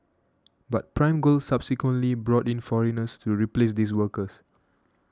but Prime Gold subsequently brought in foreigners to replace these workers